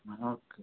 okay